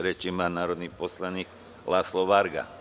Reč ima narodni poslanik Laslo Varga.